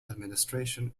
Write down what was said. administration